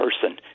person